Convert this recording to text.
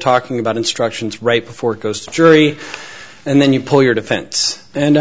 talking about instructions right before it goes to jury and then you pull your defense and